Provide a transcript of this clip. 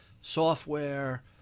software